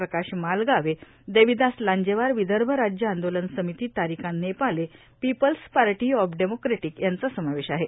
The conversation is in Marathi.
प्रकाश मालगावे देविदास लांजेवार विदर्भ राज्य आंदोलन समिती Tarika Nepale people's party of democratic यांचा समावेश आहे